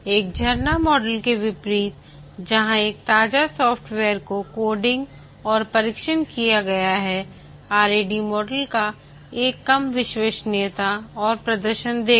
एक झरना मॉडल के विपरीत जहां एक ताजा सॉफ्टवेयर को कोडिंग और परीक्षण किया गया है RAD मॉडल एक कम विश्वसनीयता और प्रदर्शन देगा